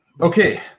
okay